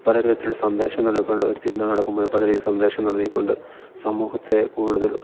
പല തരത്തിലുള്ള സന്ദേശം നൽകി കൊണ്ട് ഒരു തിന്മ നടക്കുമ്പോൾ പല തരത്തിൽ സന്ദേശം നൽകിക്കൊണ്ട് സമൂഹത്തെ കൂടുതൽ